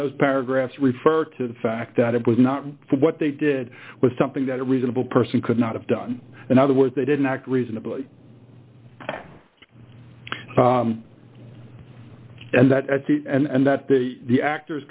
those paragraphs refer to the fact that it was not what they did was something that a reasonable person could not have done in other words they didn't act reasonably and that and that the actors